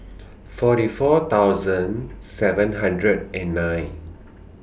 forty four thousand seven hundred and nine